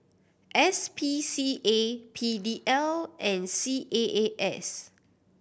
S P C A P D L and C A A S